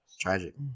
Tragic